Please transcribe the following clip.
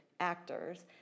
actors